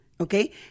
okay